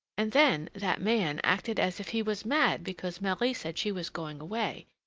and then that man acted as if he was mad because marie said she was going away.